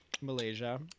Malaysia